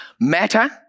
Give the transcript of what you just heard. matter